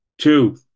Two